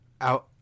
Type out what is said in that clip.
out